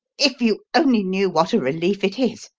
if you only knew what a relief it is,